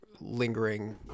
lingering